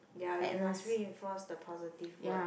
ya we must reinforce the positive word